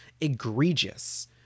egregious